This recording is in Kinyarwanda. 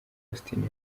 austin